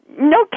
No